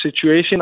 situation